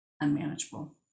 unmanageable